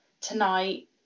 tonight